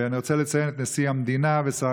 ואני רוצה לציין את נשיא המדינה ושר